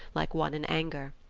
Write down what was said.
like one in anger.